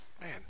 man